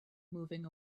moving